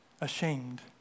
ashamed